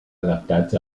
adaptats